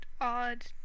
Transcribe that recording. odd